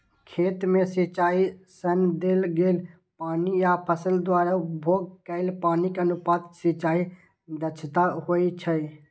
खेत मे सिंचाइ सं देल गेल पानि आ फसल द्वारा उपभोग कैल पानिक अनुपात सिंचाइ दक्षता होइ छै